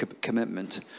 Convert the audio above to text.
commitment